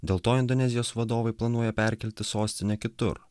dėl to indonezijos vadovai planuoja perkelti sostinę kitur